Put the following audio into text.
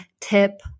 tip